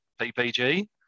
PPG